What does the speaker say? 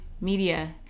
media